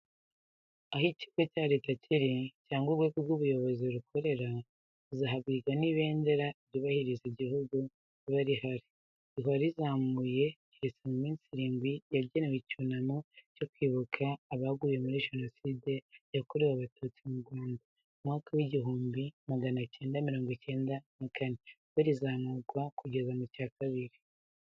Aho ikigo cya Leta kiri cyangwa urwego rw'ubuyobozi rukorera, uzahabwirwa n'ibendera ryubahiriza igihugu riba rihari, rihora rizamuye, keretse mu minsi irindwi yagenwe y'icyunamo cyo kwibuka abaguye muri Jenoside yakorewe Abatutsi mu Rwanda, mu mwaka wa igihumbi magana cyenda mirongo cyenda na kane, bwo rizamurwa kugeza mu cya kabiri.